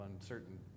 uncertain